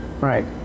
Right